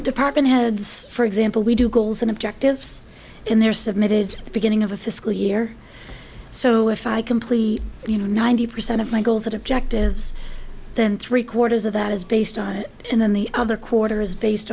department heads for example we do goals and objectives in their submitted the beginning of a fiscal year so if i complete you know ninety percent of my goals and objectives then three quarters of that is based on it and then the other quarter is based